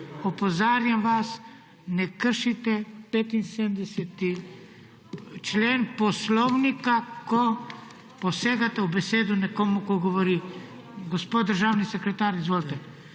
opozarjam vas, ne kršite 75. člen poslovnika, ko posegate v besedo nekomu, ko govori. Gospod državni sekretar, izvolite.